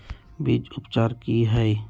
बीज उपचार कि हैय?